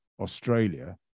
Australia